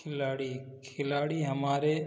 खिलाड़ी खिलाड़ी हमारे